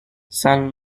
san